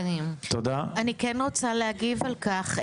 אני כן רוצה להגיב על כך,